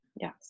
Yes